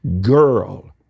girl